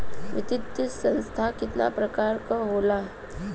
वित्तीय संस्था कितना प्रकार क होला?